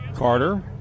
Carter